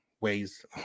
ways